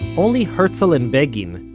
only herzl and begin,